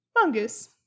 Mongoose